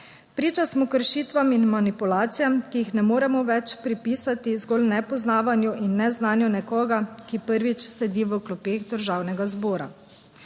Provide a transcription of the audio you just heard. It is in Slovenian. Priče smo kršitvam in manipulacijam, ki jih ne moremo več pripisati zgolj nepoznavanju in neznanju nekoga, ki prvič sedi v klopeh Državnega zbora.